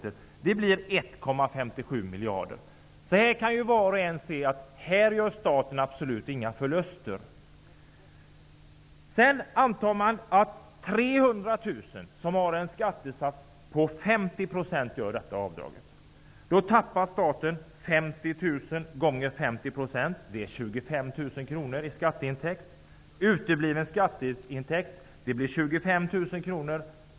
Summan blir 1,57 miljarder kr. Var och en kan se att staten här inte gör några som helst förluster. Sedan antar man att 300 000 som har en skattsats på 50 % gör detta avdrag. Då tappar staten 50 000 kr gånger 50 %. Det är 25 000 kr i skatteintäkt.